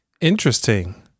Interesting